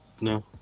No